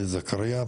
בבקשה, זכריא.